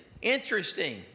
Interesting